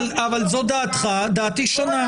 זאת דעתך ודעתי שונה.